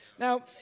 Now